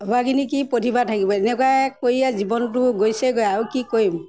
হোৱাখিনি কি প্ৰতিভা থাকিব এনেকুৱা কৰিয়ে জীৱনটো গৈছেগৈ আৰু কি কৰিম